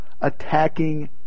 attacking